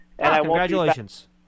Congratulations